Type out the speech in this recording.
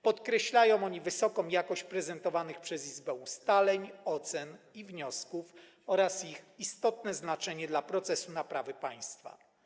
Podkreślają oni wysoką jakość prezentowanych przez izbę ustaleń, ocen i wniosków oraz ich istotne znaczenie dla procesu naprawy państwa.